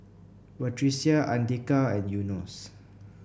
Batrisya Andika and Yunos